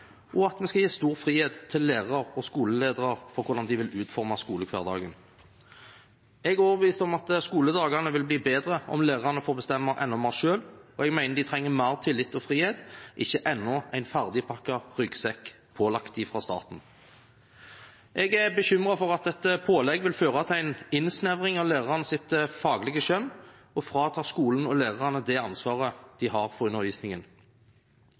gjelder hvordan de vil utforme skolehverdagen. Jeg er overbevist om at skoledagene vil bli bedre om lærerne får bestemme enda mer selv, og jeg mener de trenger mer tillit og frihet – ikke enda en ferdigpakket ryggsekk pålagt av staten. Jeg er bekymret for at dette pålegget vil føre til en innsnevring av lærernes faglige skjønn og frata skolen og lærerne det ansvaret de har for undervisningen.